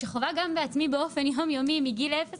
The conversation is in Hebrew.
שחווה בעצמי באופן יום יומי מגיל אפס